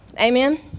amen